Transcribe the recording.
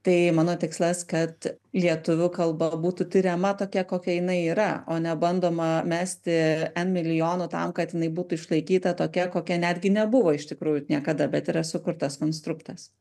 tai mano tikslas kad lietuvių kalba būtų tiriama tokia kokia jinai yra o ne bandoma mesti ant milijono tam kad jinai būtų išlaikyta tokia kokia netgi nebuvo iš tikrųjų niekada bet yra sukurtas konstruktas